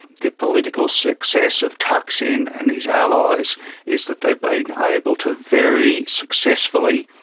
the political success of thaksin and his allies is that they've been able to very successfully,